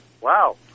wow